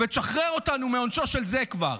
ותשחרר אותנו מעונשו של זה כבר.